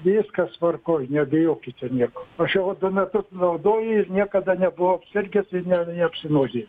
viskas tvarkoj nebijokite nieko o šiuos du metus naudoji ir niekada nebuvau apsirgęs ne neapsinuodijau